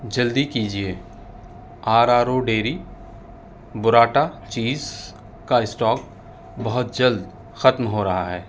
جلدی کیجیے آر آر او ڈیری براٹا چیز کا اسٹاک بہت جلد ختم ہو رہا ہے